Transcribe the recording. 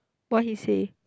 what he say